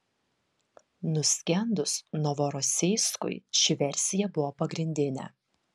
nuskendus novorosijskui ši versija buvo pagrindinė